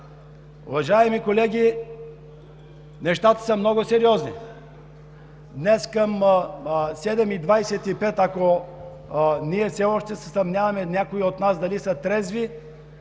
Уважаеми колеги, нещата са много сериозни. Днес към 19,25 ч., ако ние все още се съмняваме някои от нас дали са трезви,